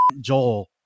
Joel